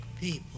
people